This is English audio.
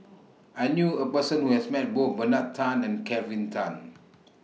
I knew A Person Who has Met Both Bernard Tan and Kelvin Tan